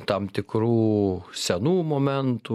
tam tikrų senų momentų